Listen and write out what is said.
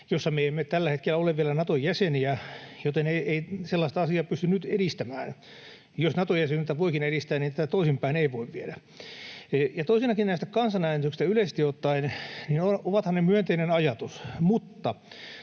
jossa me emme tällä hetkellä ole vielä Naton jäseniä, joten ei sellaista asiaa pysty nyt edistämään. Jos Nato-jäsenyyttä voikin edistää, niin tätä toisinpäin ei voi viedä. Ja toisenakin näistä kansanäänestyksistä yleisesti ottaen, niin ovathan ne myönteinen ajatus.